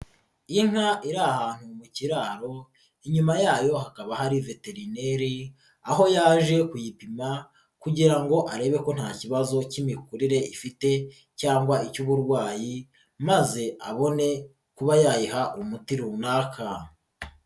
Inka iri ahantu mu kiraro, inyuma yayo hakaba hari veterineri, aho yaje kuyipima kugira ngo arebe ko nta kibazo cy'imikurire ifite cyangwa icy'uburwayi maze abone kuba yayiha umuti runaka.